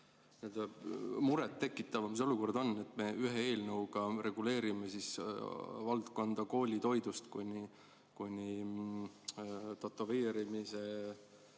seda muret tekitavam see olukord on, et me ühe eelnõuga reguleerime valdkonda koolitoidust kuni tätoveerimise